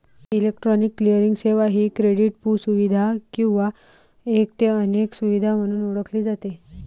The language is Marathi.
इलेक्ट्रॉनिक क्लिअरिंग सेवा ही क्रेडिटपू सुविधा किंवा एक ते अनेक सुविधा म्हणून ओळखली जाते